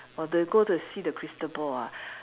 or they go the see the crystal ball ah